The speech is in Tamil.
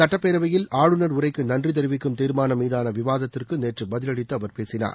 சட்டப்பேரவையில் ஆளுநர் உரைக்கு நன்றி தெரிவிக்கும் தீர்மானம்மீதான விவாதத்திற்கு நேற்று பதிலளித்து அவர் பேசினார்